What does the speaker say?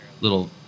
little